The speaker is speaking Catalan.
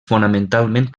fonamentalment